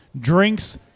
drinks